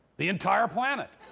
the entire planet.